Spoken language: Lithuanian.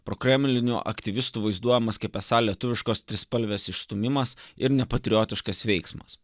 prokremlinio aktyvistų vaizduojamas kaip esą lietuviškos trispalvės išstūmimas ir nepatriotiškas veiksmas